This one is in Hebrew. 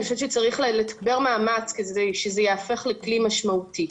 אני חושבת שצריך לתגבר מאמץ כדי שזה יהפוך לכלי משמעותי.